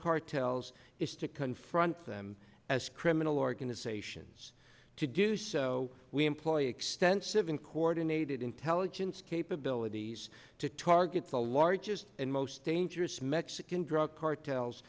cartels is to confront them as criminal organizations to do so we employ extensive and coordinated intelligence capabilities to target the largest and most dangerous mexican drug cartels